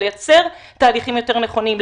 לייצר תהליכים יותר נכונים,